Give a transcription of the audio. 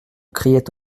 criait